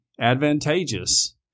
advantageous